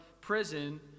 prison